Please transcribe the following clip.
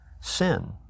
sin